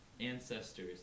ancestors